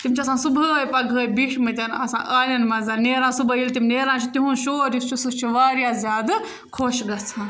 تِم چھِ آسان صُبحٲے پَگہٲے بیٖٹھمٕتۍ آسان آلؠن منٛز نیران صُبحٲے ییٚلہِ تِم نیران چھِ تِہُنٛد شور یُس چھِ سُہ چھِ واریاہ زیادٕ خۄش گژھان